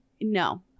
No